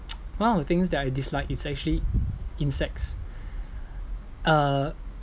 one of the things that I dislike is actually insects uh